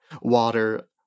water